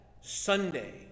Sunday